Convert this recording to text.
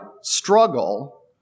struggle